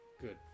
good